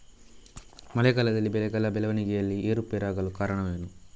ಮಳೆಗಾಲದಲ್ಲಿ ಬೆಳೆಗಳ ಬೆಳವಣಿಗೆಯಲ್ಲಿ ಏರುಪೇರಾಗಲು ಕಾರಣವೇನು?